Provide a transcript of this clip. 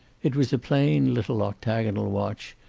it was a plain little octagonal watch,